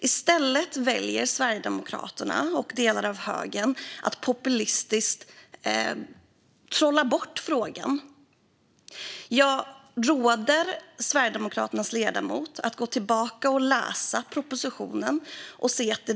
I stället väljer Sverigedemokraterna och delar av högern att populistiskt trolla bort frågan. Jag råder Sverigedemokraternas ledamot att gå tillbaka och läsa propositionen.